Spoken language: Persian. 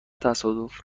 تصادف